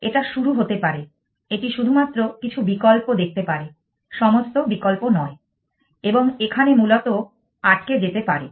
এটা শুরু হতে পারে এটি শুধুমাত্র কিছু বিকল্প দেখতে পারে সমস্ত বিকল্প নয় এবং এখানে মূলত আটকে যেতে পারে